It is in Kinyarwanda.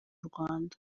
rwanda